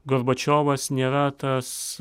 gorbačiovas nėra tas